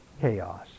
chaos